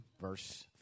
Verse